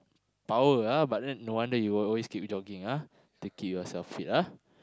power ah but then no wander you will always keep jogging ah to keep yourself fit ah